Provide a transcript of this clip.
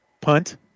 punt